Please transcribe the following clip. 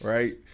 Right